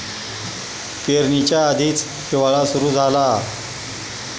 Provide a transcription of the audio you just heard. पेरणीच्या आधीच हिवाळा सुरू झाला